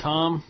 Tom